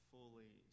Fully